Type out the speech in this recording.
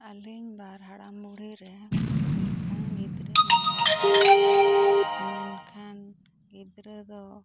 ᱟᱞᱤᱧ ᱵᱟᱨ ᱦᱟᱲᱟᱢ ᱵᱩᱲᱦᱤ ᱨᱮ ᱢᱤᱫᱴᱟᱹᱝ ᱜᱤᱫᱽᱨᱟᱹ ᱢᱮᱱᱟᱭᱟ ᱢᱮᱱᱠᱷᱟᱱ ᱜᱤᱫᱽᱨᱟᱹ ᱫᱚ